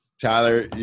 Tyler